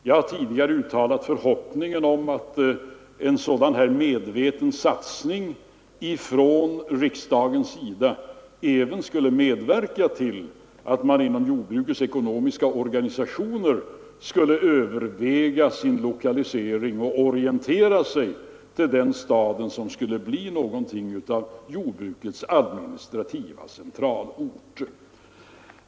Jag har tidigare uttalat förhoppningen att en sådan här medveten satsning från riksdagens sida även skulle medverka till att man inom jordbrukets ekonomiska organisationer skulle överväga sin lokalisering och orientera sig till den stad som skulle bli någonting av jordbrukets adminstrativa centralort.